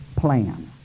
plan